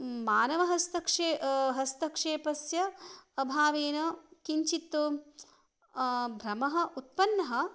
मानवहस्तक्षेपः हस्तक्षेपस्य अभावेन किञ्चित् भ्रमः उत्पन्नः